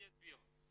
אני אסביר.